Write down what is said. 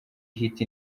ihita